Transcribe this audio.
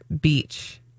beach